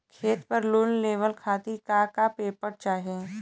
खेत पर लोन लेवल खातिर का का पेपर चाही?